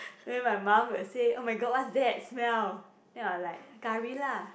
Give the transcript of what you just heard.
then my mum will say oh-my-god what's that smell then I'll like curry lah